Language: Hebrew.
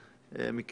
ההחלטה".